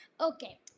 okay